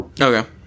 Okay